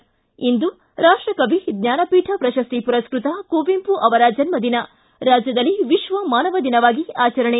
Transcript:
ಿ ಇಂದು ರಾಷ್ಟಕವಿ ಜ್ವಾನಪೀಠ ಪ್ರಶಸ್ತಿ ಪುರಸ್ಟತ ಕುವೆಂಪು ಅವರ ಜನ್ದದಿನ ರಾಜ್ಯದಲ್ಲಿ ವಿಶ್ವಮಾನವ ದಿನವಾಗಿ ಆಚರಣೆ